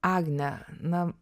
agne na